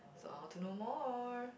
so I want to know more